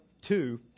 two